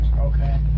Okay